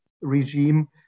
regime